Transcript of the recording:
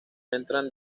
entran